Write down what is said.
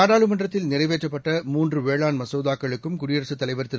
நாடாளுமன்றத்தில் நிறைவேற்றப்பட்ட மூன்றுவேளாண் மசோதாக்களுக்கும் குடியரசுத் தலைவர் திரு